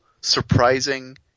surprising